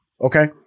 okay